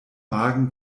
magen